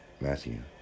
Matthew